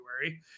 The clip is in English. February